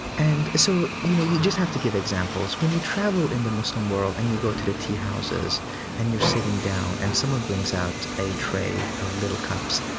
and so you know, you just have to give examples when you travel in the muslim world and you go to the teahouses and you're sitting down, and someone brings out a tray of little cups,